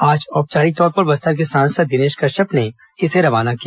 आज औपचारिक तौर पर बस्तर के सांसद दिनेश कश्यप ने इसे रवाना किया